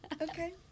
Okay